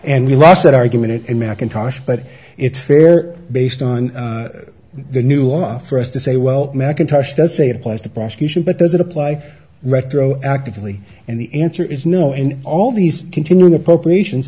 and we lost that argument and macintosh but it's fair based on the new law for us to say well macintosh does say it applies to prosecution but does it apply retroactively and the answer is no and all these continuing appropriations